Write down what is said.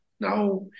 Now